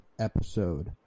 episode